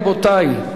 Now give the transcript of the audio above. רבותי,